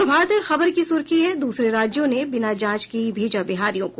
प्रभात खबर की सुर्खी है दूसरे राज्यों ने बिना जांच के ही भेजा बिहारियों को